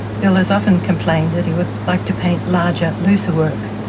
bill has often complained that he would like to paint larger, looser work,